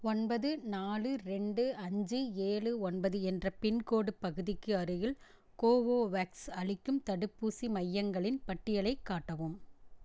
ஒன்பது நாலு ரெண்டு அஞ்சு ஏழு ஒன்பது என்ற பின்கோடு பகுதிக்கு அருகில் கோவோவேக்ஸ் அளிக்கும் தடுப்பூசி மையங்களின் பட்டியலைக் காட்டவும்